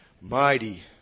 mighty